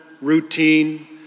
routine